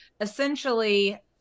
essentially